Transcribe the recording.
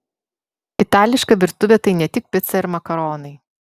itališka virtuvė tai ne tik pica ir makaronai